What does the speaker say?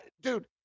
dude